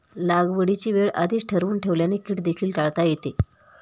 लागवडीची वेळ आधीच ठरवून ठेवल्याने कीड देखील टाळता येते